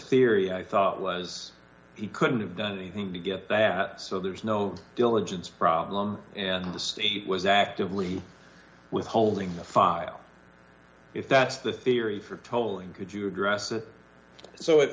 theory i thought was he couldn't have done anything to get that so there's no diligence problem and the state was actively withholding a file if that's the theory for tolling could you address that so if